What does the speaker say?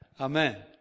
Amen